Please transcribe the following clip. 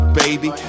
baby